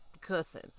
cussing